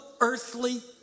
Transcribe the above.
earthly